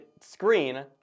screen